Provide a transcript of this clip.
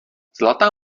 zlatá